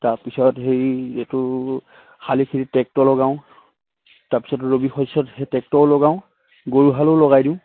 তাৰপিছত হেৰি এইটো শালিখিনি ট্ৰেক্টৰ লগাওঁ তাৰপিছত ৰবি শস্যত সেই ট্ৰেক্টৰো লগাওঁ গৰুহালো লগাই দিওঁ